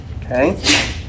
Okay